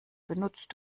benutzt